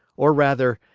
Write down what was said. or rather,